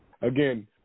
again